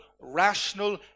rational